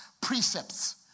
precepts